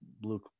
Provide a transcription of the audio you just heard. blue